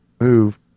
move